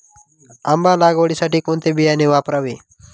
आंबा लागवडीसाठी कोणते बियाणे वापरावे?